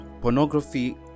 pornography